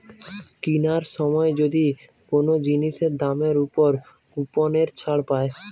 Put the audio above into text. কিনার সময় যদি কোন জিনিসের দামের উপর কুপনের ছাড় পায়